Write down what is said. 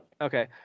Okay